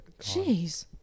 Jeez